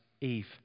Eve